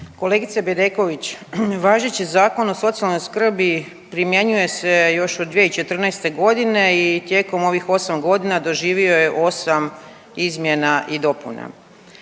Kolegice Bedeković, važeći Zakon o socijalnoj skrbi primjenjuje se još od 2014.g. i tijekom ovih 8.g. doživio je 8 izmjena i dopuna.